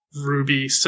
ruby